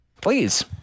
Please